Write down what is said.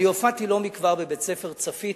הופעתי לא מכבר בבית-ספר "צפית"